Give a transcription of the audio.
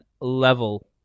level